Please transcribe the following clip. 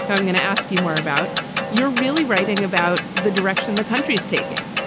i'm going to ask you more about you're really writing about the direction the country is taking,